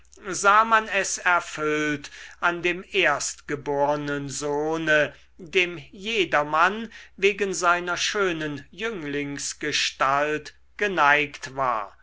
sah man es erfüllt an dem erstgebornen sohne dem jedermann wegen seiner schönen jünglingsgestalt geneigt war